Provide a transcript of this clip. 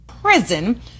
prison